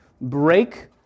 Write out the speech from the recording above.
Break